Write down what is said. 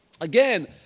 Again